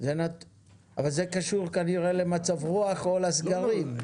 זה קשור כנראה למצב רוח או לסגרים.